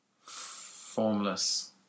formless